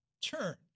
turn